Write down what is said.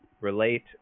relate